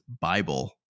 Bible